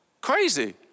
crazy